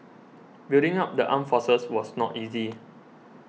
building up the armed forces was not easy